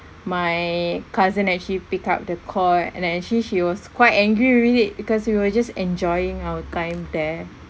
my cousin actually picked up the call and actually she was quite angry really because we were just enjoying our time there